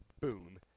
Boom